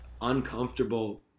uncomfortable